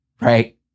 right